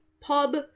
pub